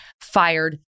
fired